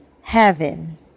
heaven